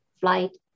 flight